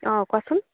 অঁ কোৱাচোন